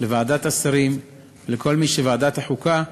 לוועדת השרים ולכל מי שבוועדת החוקה,